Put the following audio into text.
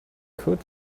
could